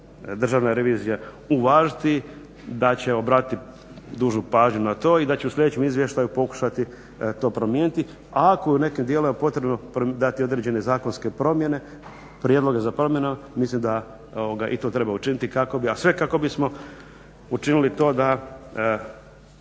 Državna revizija uvažiti, da će obratiti dužnu pažnju na to i da će u sljedećem izvještaju pokušati to promijeniti. A ako je u nekim dijelovima potrebno dati određene zakonske promjene, prijedloge za promjene mislim da i to treba učiniti, a sve kako bismo učinili to da